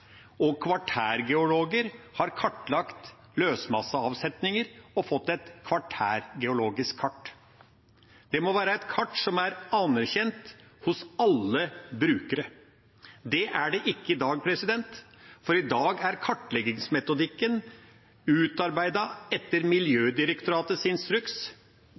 og kvartærgeologer har kartlagt løsmasseavsetninger og fått et kvartærgeologisk kart. Det må være et kart som er anerkjent hos alle brukere. Det er det ikke i dag, for i dag er kartleggingsmetodikken utarbeidet etter Miljødirektoratets instruks.